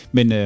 Men